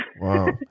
wow